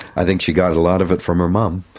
i think she got a lot of it from her mum.